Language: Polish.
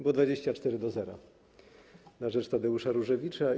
Było 24 do 0 na rzecz Tadeusza Różewicza.